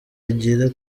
agira